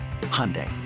Hyundai